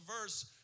verse